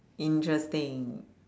interesting